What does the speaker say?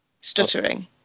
stuttering